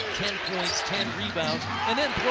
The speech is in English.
ten points, ten rebounds, and then